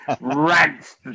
rants